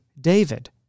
David